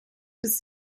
bis